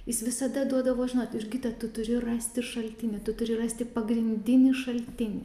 jis visada duodavo žinot ir kita tu turi rasti šaltinį tu turi rasti pagrindinį šaltinį